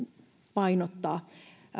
painottaa